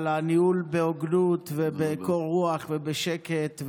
על הניהול בהוגנות ובקור רוח ובשקט,